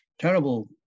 terrible